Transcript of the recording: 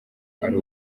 ari